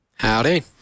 Howdy